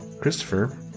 Christopher